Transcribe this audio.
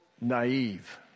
naive